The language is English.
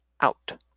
out